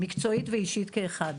מקצועית ואישית כאחד.